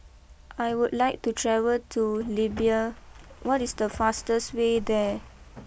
I would like to travel to Libya what is the fastest way there